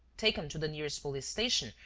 taken to the nearest police-station,